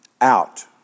out